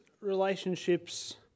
relationships